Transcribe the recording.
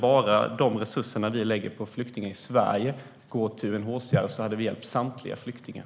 Om de resurser som vi lägger på flyktingar i Sverige skulle gå till UNHCR hade vi hjälpt samtliga flyktingar.